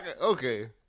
Okay